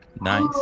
Nice